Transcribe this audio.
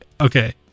Okay